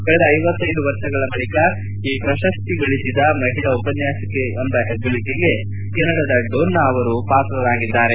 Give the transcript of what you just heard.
ಕಳೆದ ಐವತ್ತೈದು ವರ್ಷಗಳ ಬಳಿಕ ಈ ಪ್ರಶಸ್ತಿಗಳಿಸಿದ ಮಹಿಳಾ ಉಪನ್ಯಾಸಕಿ ಎಂಬ ಹೆಗ್ಗಳಿಕೆಗೆ ಕೆನಡಾದ ಡೋನ್ನಾ ಸ್ಟಿಕ್ಲ್ಯಾಂಡ್ ಅವರು ಪಾತ್ರರಾಗಿದ್ದಾರೆ